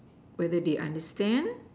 whether they understand